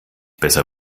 besser